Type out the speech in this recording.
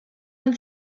man